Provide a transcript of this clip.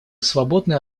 свободные